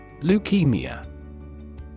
Leukemia